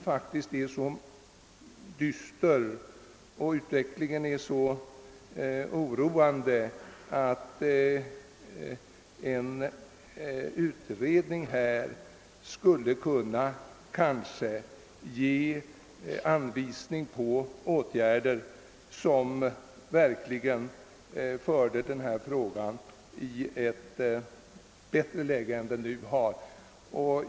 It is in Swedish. Statistiken är så dyster och utvecklingen så oroande att en utredning kanske kan ge anvisning på åtgärder som skulle ge önskad effekt.